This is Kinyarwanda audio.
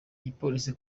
igipolisi